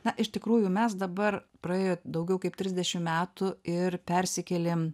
na iš tikrųjų mes dabar praėjo daugiau kaip trisdešim metų ir persikėlėm